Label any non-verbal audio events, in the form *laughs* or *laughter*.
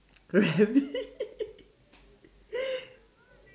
like a rabbit *laughs*